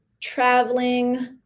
traveling